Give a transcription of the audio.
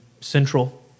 central